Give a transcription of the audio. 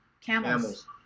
Camels